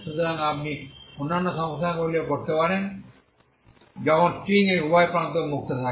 সুতরাং আপনি অন্যান্য সমস্যাগুলিও করতে পারেন যখন স্ট্রিং উভয় প্রান্ত মুক্ত থাকে